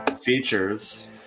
features